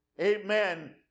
amen